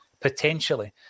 Potentially